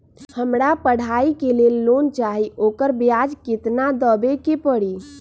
हमरा पढ़ाई के लेल लोन चाहि, ओकर ब्याज केतना दबे के परी?